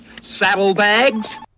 Saddlebags